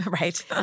Right